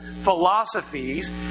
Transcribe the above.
philosophies